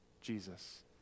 Jesus